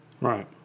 Right